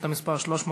שאילתה מס' 303: